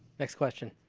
next question.